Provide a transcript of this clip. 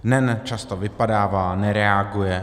NEN často vypadává, nereaguje.